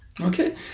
Okay